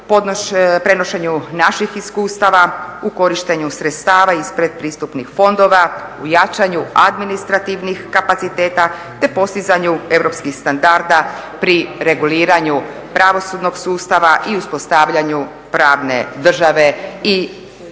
prenošenju naših iskustava u korištenju sredstava iz predpristupnih fondova, u jačanju administrativnih kapaciteta, te postizanju europskih standarda pri reguliranju pravosudnog sustava i uspostavljanju pravne države i